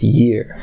year